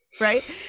right